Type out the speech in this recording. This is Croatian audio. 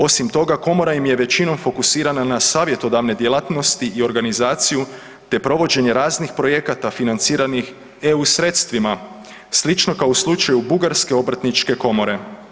Osim toga komora im je većinom fokusirana na savjetodavne djelatnosti i organizaciju te provođenje raznih projekata financiranih eu sredstvima, slično kao u slučaju Bugarske obrtničke komore.